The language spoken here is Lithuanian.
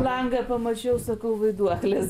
langą pamačiau sakau vaiduoklis